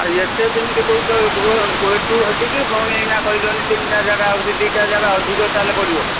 ଆଉ ଏତେ କେମିତି କହୁଛ ଏଠୁ ହେଟିକି ପୁଣି ଏଇନା କହିଲଣି ତିନିଟା ଯାଗା ଆଉ ଦୁଇଟା ଯାଗା ଅଧିକ ତାହେଲେ ପଡ଼ିବ